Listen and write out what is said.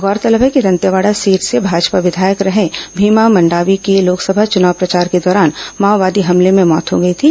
गौरतलब है कि दंतेवाड़ा सीट से भाजपा विधायक रहे भीमा मंडावी की लोकसभा चुनाव प्रचार के दौरान माओवादी हमले में मौत हो गई थी